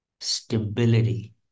stability